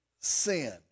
sin